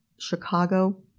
Chicago